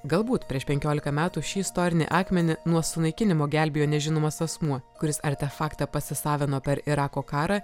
galbūt prieš penkiolika metų šį istorinį akmenį nuo sunaikinimo gelbėjo nežinomas asmuo kuris artefaktą pasisavino per irako karą